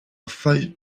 five